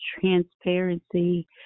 transparency